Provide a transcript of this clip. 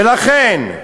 ולכן,